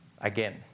again